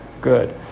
good